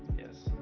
yes.